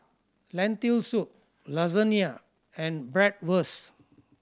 Lentil Soup Lasagne and Bratwurst